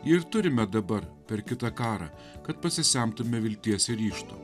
ir turime dabar per kitą karą kad pasisemtume vilties ir ryžto